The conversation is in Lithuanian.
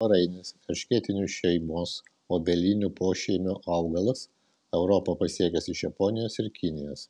svarainis erškėtinių šeimos obelinių pošeimio augalas europą pasiekęs iš japonijos ir kinijos